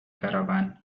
caravan